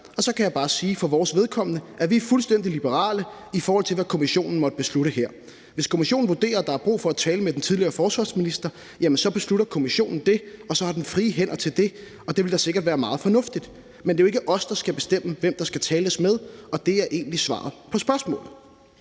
og så kan jeg så bare sige for vores vedkommende, at vi er fuldstændig liberale, i forhold til hvad kommissionen måtte beslutte her. Hvis kommissionen vurderer, at der er brug for at tale med den tidligere forsvarsminister, jamen så beslutter kommissionen det, og så har den frie hænder til det, og det ville da sikkert være meget fornuftigt. Men det er jo ikke os, der skal bestemme, hvem der skal tales med, og det er egentlig svaret på spørgsmålet.«